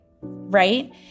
right